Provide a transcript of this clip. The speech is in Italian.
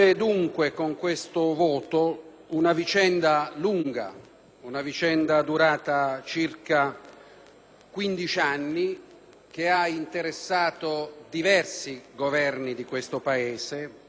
15 anni che ha interessato diversi Governi di questo Paese, una vicenda che è stata accompagnata da una progressiva normalizzazione